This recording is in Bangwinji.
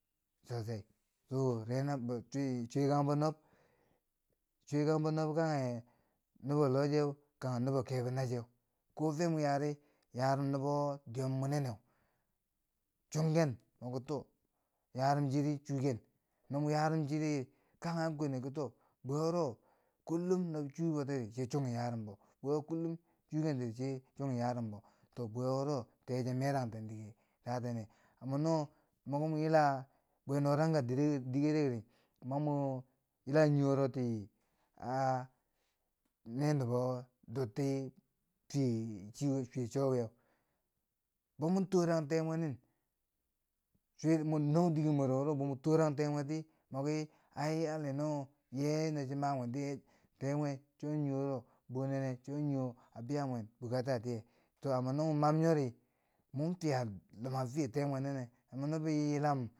cho chai so renabo sweakag bo Nob- chwyekangbo nob kanghe nobo locheu, kanghe nobo kebo na cheu ko fe no yari yarum nobo dwiyom muneneu, chungken moko to yaram chii chuken, no mo yarum chiri kanghe an kwanu ki too bwe ruo kullum no chuwo bo tiri sai chunghi yaram bo bwewo kullum no chuken tiri sai yarum bo to bwe wuro teche merangten dike datennen amma no moki mwa yila bwe norangke dike di, ma mwa yila nii wuro ti a ne nubo dur ti fi- fiye siye chi wiyeu. bo mo torang temwe nin, churi mon nou diker mwero wuro boo mo torang temeti, moki ai ale noye yeno cho mamwentiye teme cho nii wuro boo nenne cho nii wo a biya mwen bukata tiyeu, to amma no mo mam nyori mwan fiya lima te mwe nin nimre yilam.